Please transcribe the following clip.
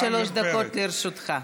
עד שלוש דקות לרשותך.